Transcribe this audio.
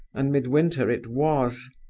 and midwinter it was.